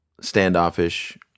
standoffish